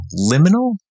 liminal